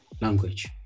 language